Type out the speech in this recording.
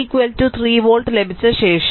ഈ v 3 volt ലഭിച്ച ശേഷം